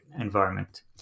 environment